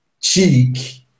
cheek